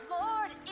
Lord